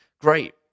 Great